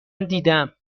دیدم